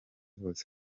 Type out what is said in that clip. bose